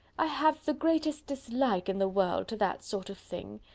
i have the greatest dislike in the world to that sort of thing.